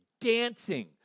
dancing